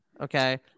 Okay